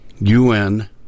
UN